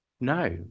No